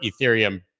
Ethereum